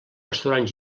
restaurant